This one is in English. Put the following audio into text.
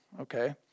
Okay